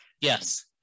Yes